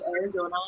Arizona